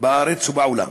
בארץ ובעולם.